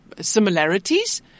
similarities